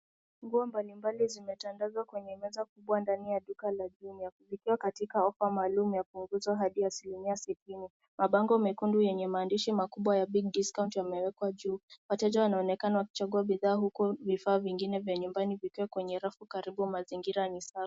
Nguo mbalimbali zimetandazwa kwenye meza kubwa ndani ya duka la jumia. Ikiwa katika ofa maalum ya kupunguzwa hadi asilimia sitini. Mabango mekundu yenye maandishi makubwa ya BIG DISCOUNT yamewekwa juu. Wateja wanaonekana wakichagua bidhaa huku vifaa vingine vya nyumbani vikiwa kwenye rafu karibu mazingira ni safi.